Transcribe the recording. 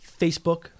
Facebook